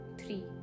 three